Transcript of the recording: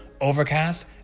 Overcast